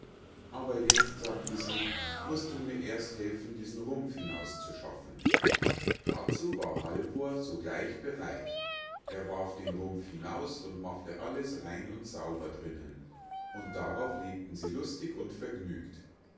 aber jetzt sagte sie musst du mir erst helfen diesen rumpf hinauszuschaffen dazu war halvor sogleich bereit er warf den rumpf hinaus und machte alles rein und sauber drinnen und darauf lebten sie lustig und vergnügt